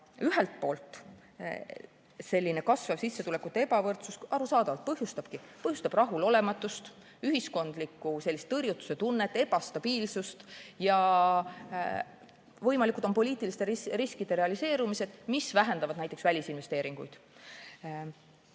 Ühelt poolt põhjustab kasvav sissetulekute ebavõrdsus arusaadavalt rahulolematust, ühiskondliku tõrjutuse tunnet, ebastabiilsust. Võimalikud on poliitiliste riskide realiseerumised, mis vähendavad näiteks välisinvesteeringuid.